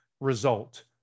result